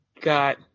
got